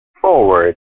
forward